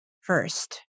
First